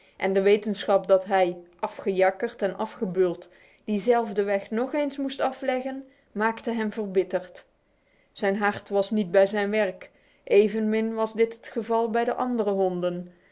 en de wetenschap dat hij afgejakkerd en afgebeuld diezelfde weg nog eens moest afleggen maakte hem verbitterd zijn hart was niet bij zijn werk evenmin was dit het geval bij de andere honden